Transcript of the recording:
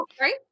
Right